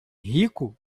rico